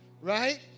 Right